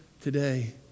today